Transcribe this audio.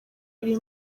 biri